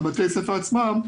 לבתי הספר עצמם,